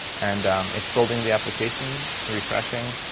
and it's building the application, refreshing.